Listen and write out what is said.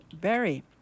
Berry